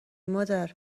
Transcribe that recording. مادر